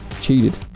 Cheated